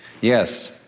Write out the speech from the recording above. yes